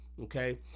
Okay